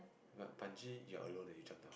but Bungee you're alone eh when you jump down